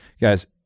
Guys